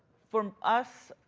for us,